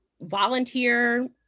volunteer